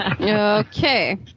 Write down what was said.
okay